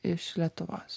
iš lietuvos